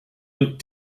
looked